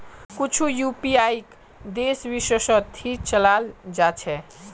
कुछु यूपीआईक देश विशेषत ही चलाल जा छे